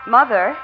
Mother